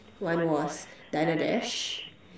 one was diner dash